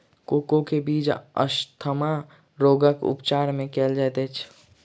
cocoa के बीज asthma रोगक उपचार मे कयल जाइत अछि